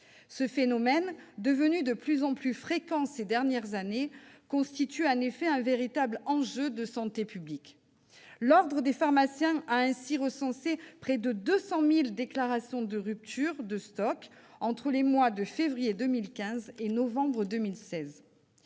devenues de plus en plus fréquentes ces dernières années : il s'agit d'un véritable enjeu de santé publique. L'Ordre national des pharmaciens a ainsi recensé près de 200 000 déclarations de rupture de stock entre les mois de février 2015 et de novembre 2016.